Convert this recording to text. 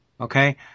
okay